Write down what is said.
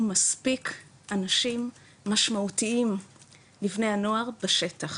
מספיק אנשים משמעותיים לבני הנוער בשטח